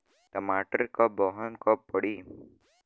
टमाटर क बहन कब पड़ी?